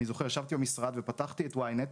אני זוכר שישבתי במשרד ופתחתי את Ynet,